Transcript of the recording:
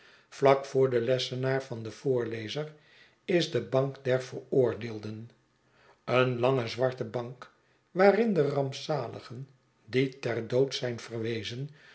vlak voor den lessenaar van den voorlezer is de bank der veroordeelden een lange zwarte bank waarin de rampzaligen die ter dood zijn verwezen